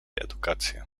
edukację